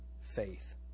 Faith